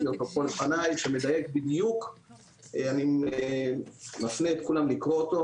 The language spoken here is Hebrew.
הוא נוהל של משרד הפנים שמדייק בדיוק ואני מפנה את כולם לקרוא אותו.